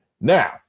Now